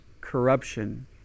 corruption